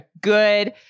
good